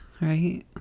right